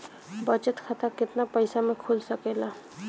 बचत खाता केतना पइसा मे खुल सकेला?